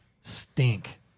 stink